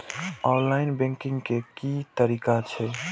Online banking के की तरीका छै?